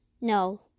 No